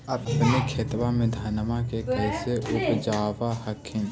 अपने खेतबा मे धन्मा के कैसे उपजाब हखिन?